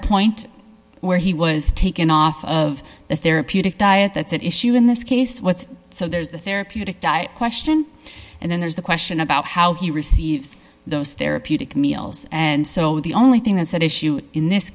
a point where he was taken off of the therapeutic diet that's at issue in this case what's so there's the therapeutic diet question and then there's the question about how he receives those therapeutic meals and so the only thing that's at issue in this